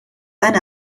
eine